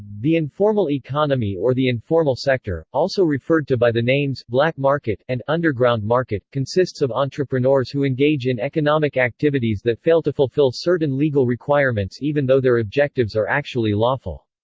the informal economy or the informal sector, also referred to by the names black market and underground market, consists of entrepreneurs who engage in economic activities that fail to fulfill certain legal requirements even though their objectives are actually lawful.